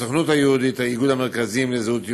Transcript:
הסוכנות היהודית, איגוד המרכזים לזהות יהודית,